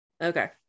Okay